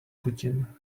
putin